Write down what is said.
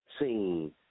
seen